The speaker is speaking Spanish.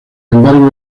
embargo